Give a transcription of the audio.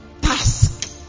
task